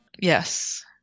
Yes